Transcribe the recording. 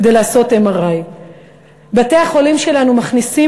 כדי לעשות MRI. בתי-החולים שלנו מכניסים